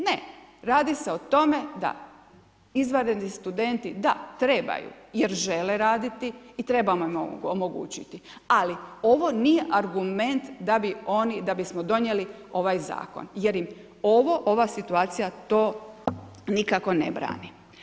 Ne, radi se o tome da izvanredni studenti da, trebaju jer žele raditi i treba im omogućiti, ali ovo nije argument da bismo donijeli ovaj zakon jer im ova situacija to nikako ne brani.